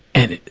and, ah,